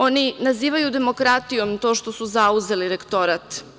Oni nazivaju demokratijom to što su zauzeli rektorat.